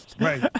Right